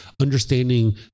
understanding